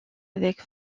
avec